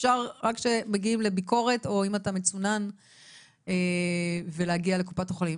אפשר רק שמגיעים לביקורת או אם אתה מצונן ולהגיע לקופת חולים.